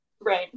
Right